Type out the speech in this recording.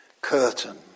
curtain